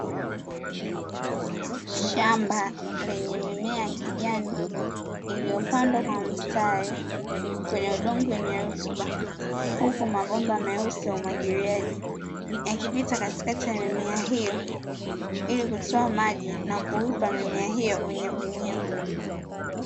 Shamba lenye mimea ya kijani iliyopandwa kwa mstari kwenye udongo wenye rutuba, huku mabomba meusi ya umwagiliaji yakipita katikati ya mimea hiyo ili kutoa maji na kuipa mimea hiyo unyevuunyevu.